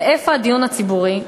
ואיפה הדיון הציבורי?